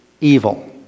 evil